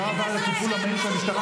הוא כל היום משקר,